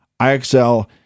IXL